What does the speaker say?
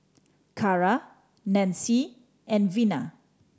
Cara Nancy and Vena